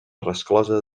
resclosa